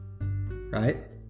Right